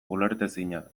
ulertezina